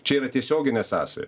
čia yra tiesioginė sąsaja